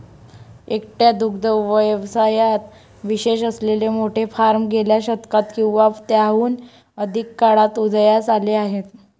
एकट्या दुग्ध व्यवसायात विशेष असलेले मोठे फार्म गेल्या शतकात किंवा त्याहून अधिक काळात उदयास आले आहेत